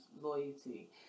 loyalty